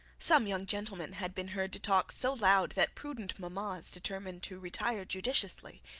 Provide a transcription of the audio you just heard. some young gentlemen had been heard to talk so loud that prudent mammas determined to retire judiciously,